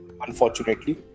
unfortunately